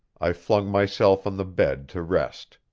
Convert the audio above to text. i flung myself on the bed to rest.